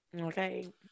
Okay